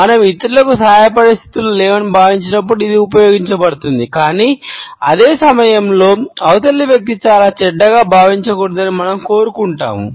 మనం ఇతరులకు సహాయపడే స్థితిలో లేమని భావించినప్పుడు ఇది ఉపయోగించబడుతుంది కానీ అదే సమయంలో అవతలి వ్యక్తి చాలా చెడ్డగా భావించకూడదని మనం కోరుకుంటాము